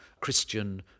Christian